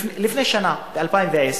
שנה, ב-2010,